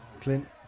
Clint